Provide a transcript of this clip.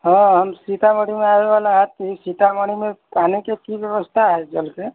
हँ हम सीतामढ़ीमे आबैवला हती सीतामढ़ीमे पानीके की व्यवस्था हइ जलके